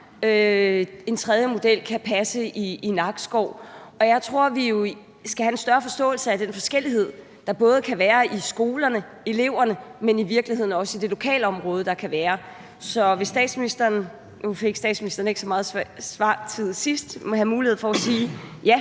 en tredje model kan passe i Nakskov. Og jeg tror, vi skal have en større forståelse af den forskellighed, der både kan være mellem skolerne, eleverne, men i virkeligheden også i forhold til lokalområdet. Nu fik statsministeren ikke så meget svartid sidst, men har statsministeren mulighed for at sige: Ja,